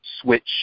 switch